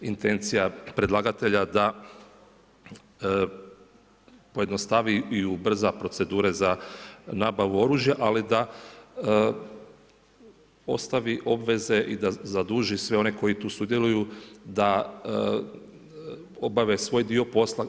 Intencija predlagatelja je da pojednostavi i ubrza procedure za nabavu oružja, ali da ostavi obveze i da zaduži sve one koji tu sudjeluju da obave svoj dio posla.